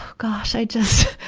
gosh, i just,